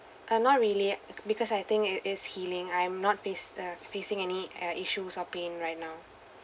uh not really because I think it is healing I'm not face uh facing any uh issues or pain right now